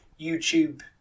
YouTube